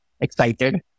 excited